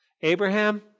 Abraham